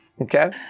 Okay